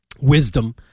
wisdom